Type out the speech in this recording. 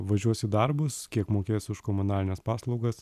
važiuos į darbus kiek mokės už komunalines paslaugas